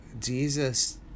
Jesus